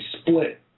split